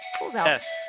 yes